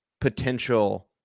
potential